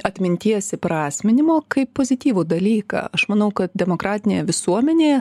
atminties įprasminimo kaip pozityvų dalyką aš manau kad demokratinėje visuomenėje